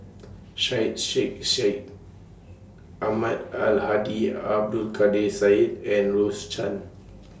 Syed Sheikh Syed Ahmad Al Hadi Abdul Kadir Syed and Rose Chan